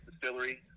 Distillery